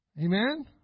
Amen